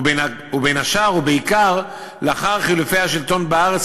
ובין השאר ובעיקר לאחר חילופי השלטון בארץ,